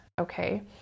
okay